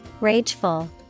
Rageful